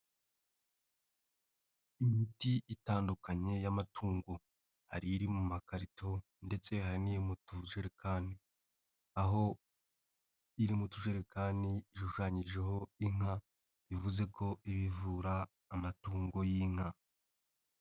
Imiti itandukanye y'amatungo, hari iri mu makarito ndetse hari n'iri mu tujerekani, aho iri mu tujerekani ishushanyijeho inka, bivuze ko iba ivura amatungo y'inka.